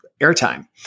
airtime